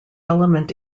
element